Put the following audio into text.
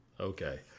Okay